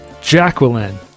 jacqueline